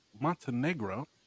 Montenegro